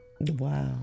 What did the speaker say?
Wow